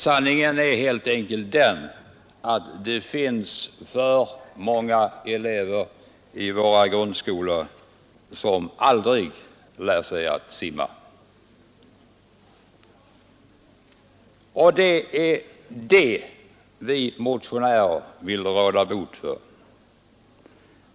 Sanningen är den att det finns för många elever i våra grundskolor som aldrig lär sig simma, och det är det som vi motionärer vill råda bot på.